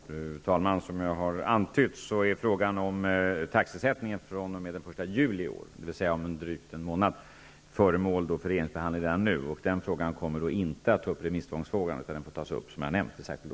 Fru talman! Som jag har antytt är frågan om taxesättningen fr.o.m. den 1 juli i år, dvs. om drygt en månad, föremål för regeringens behandling redan nu. Den frågan får alltså, som jag nämnt, tas upp i särskild ordning.